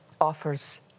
offers